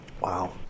Wow